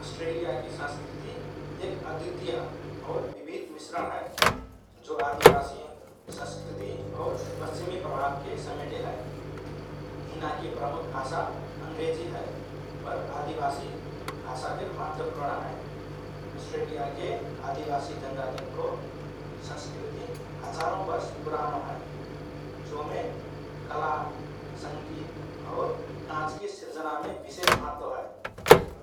अष्ट्रेलियाकि संस्कृति एक अद्वितीय और विविध मिश्रण हए, जो आदिवासी संस्कृति और पश्चिमी प्रभावके समेटे हए । हिनाकि प्रमुख भाषा अंग्रेजी हए पर आदिवासी भाषा फिर महत्वपूर्ण हए । अष्ट्रेलियाके आदिवासी जनजातिन्को संस्कृति हजारौँ वर्ष पुरानो हए जोमे कला, संगीत और काँचके सिर्जनामे विशेष महत्व हए ।